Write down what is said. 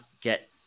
get